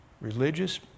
religious